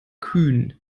kühn